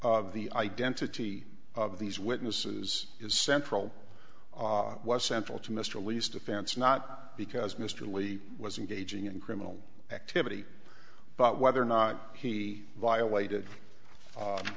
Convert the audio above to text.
of the identity of these witnesses is central was central to mr lee's defense not because mr lee was engaging in criminal activity but whether or not he violated